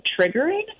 triggering